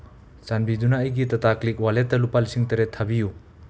ꯆꯥꯟꯕꯤꯗꯨꯅ ꯑꯩꯒꯤ ꯇꯥꯇꯥ ꯀ꯭ꯂꯤꯛ ꯋꯥꯂꯦꯠꯇ ꯂꯨꯄꯥ ꯂꯤꯁꯤꯡ ꯇꯔꯦꯠ ꯊꯥꯕꯤꯌꯨ